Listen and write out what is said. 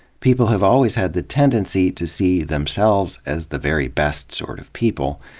people have always had the tendency to see themselves as the very best sort of people.